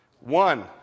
one